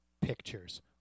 pictures